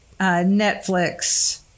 Netflix